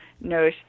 no